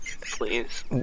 please